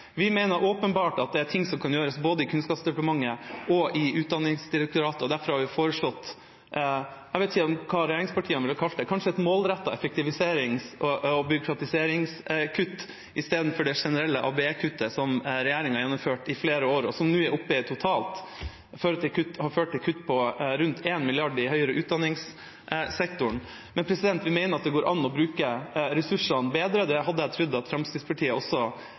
Vi mener åpenbart at det er ting som kan gjøres både i Kunnskapsdepartementet og i Utdanningsdirektoratet. Derfor har vi dette forslaget. Jeg vet ikke hva regjeringspartiene ville kalt det, kanskje et målrettet effektiviserings- og avbyråkratiseringskutt istedenfor det generelle ABE-kuttet som regjeringa har gjennomført i flere år, og som nå totalt har ført til kutt på rundt 1 mrd. kr i høyere utdanningssektoren. Vi mener det går an å bruke ressursene bedre, og det hadde jeg trodd at Fremskrittspartiet også